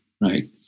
Right